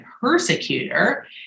persecutor